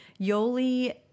Yoli